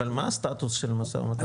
אבל מה הסטטוס של המשא ומתן?